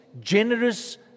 generous